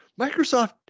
Microsoft